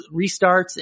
restarts